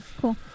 Cool